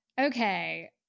Okay